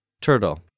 Turtle